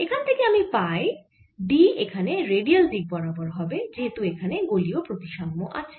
এখানে থেকে আমি পাই D এখানে রেডিয়াল দিক বরাবর হবে যেহেতু এখানে গোলীয় প্রতিসাম্য আছে